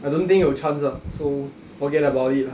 I don't think 有 chance ah so forget about it lah